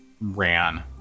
ran